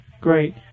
great